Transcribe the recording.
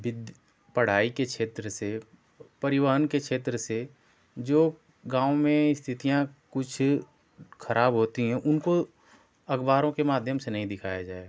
बिद पढ़ाई के क्षेत्र से परिवहन के क्षेत्र से जो गाँव में स्थितियाँ कुछ खराब होती हैं उनको अखबारों के माध्यम से नहीं दिखाया जाएगा